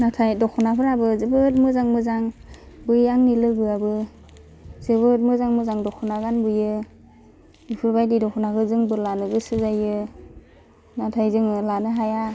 नाथाय दख्नाफ्राबो जोबोद मोजां मोजां बै आंनि लोगोआबो जोबोद मोजां मोजां दख्ना गानबोयो बेफोरबादि दख्नाखौ जोंबो लानो गोसो जायो नाथाय जोङो लानो हाया